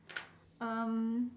um